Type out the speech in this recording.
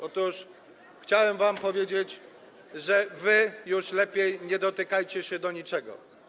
Otóż chciałem wam powiedzieć, że już lepiej nie dotykajcie się do niczego.